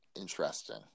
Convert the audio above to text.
Interesting